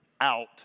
out